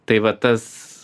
tai va tas